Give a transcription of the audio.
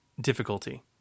difficulty